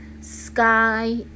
sky